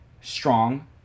strong